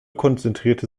konzentrierte